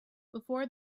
before